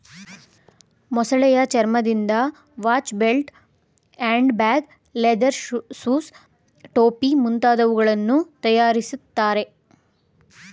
ಮೊಸಳೆ ಚರ್ಮದಿಂದ ವಾಚ್ನ belt, hand bag, leather shoes, ಟೋಪಿ ಮುಂತಾದವುಗಳನ್ನು ತರಯಾರಿಸ್ತರೆ